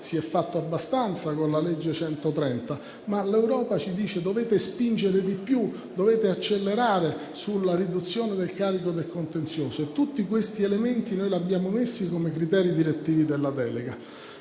si è fatto abbastanza con la legge n. 130 del 2022, ma l'Europa ci dice che dobbiamo spingere di più e accelerare sulla riduzione del carico del contenzioso. Tutti questi elementi noi li abbiamo inseriti tra i criteri direttivi della delega.